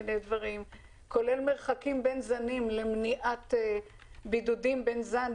כולל מרחקים בין זנים ליצירת בידודים בין זנים,